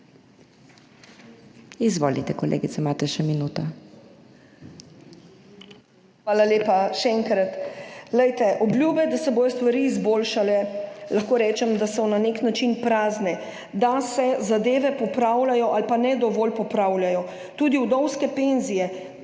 IVA DIMIC (PS NSi):** Hvala lepa. Še enkrat. Obljube, da se bodo stvari izboljšale, lahko rečem, da so na nek način prazne, da se zadeve popravljajo ali pa ne dovolj popravljajo. Tudi vdovske penzije.